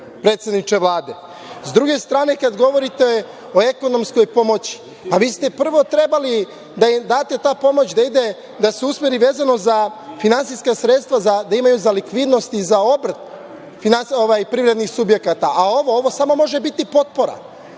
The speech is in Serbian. predsedniče Vlade? Sa druge stane, kada govorite o ekonomskoj pomoći, pa vi ste prvo trebali da ta pomoć ide, da se usmeri vezano za finansijska sredstva da imaju za likvidnost i za obrt privrednih subjekata, a ovo, ovo samo može biti potpora.I